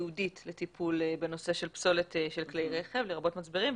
ייעודית לטיפול בנושא של פסולת של כלי רכב לרבות מצברים.